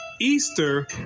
Easter